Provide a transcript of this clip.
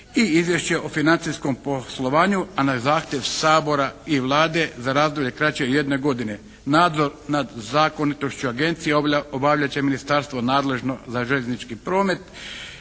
i izvješće o financijskom poslovanju a na zahtjev Sabora i Vlade za razdoblje kraće od jedne godine. Nadzor nad zakonitošću agencije obavljat će ministarstvo nadležno za željeznički promet